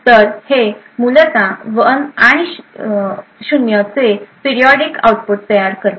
तर हे मूलत 1 आणि 0 चे पेरीओडिक आउटपुट तयार करते